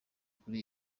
kuri